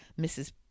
mrs